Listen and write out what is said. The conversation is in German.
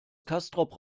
castrop